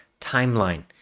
timeline